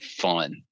fun